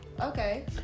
okay